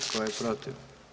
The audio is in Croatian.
Tko je protiv?